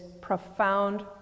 profound